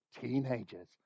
teenagers